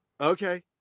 Okay